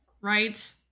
Right